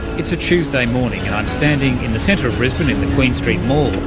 it's a tuesday morning, and i'm standing in the centre of brisbane in the queen street mall,